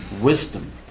wisdom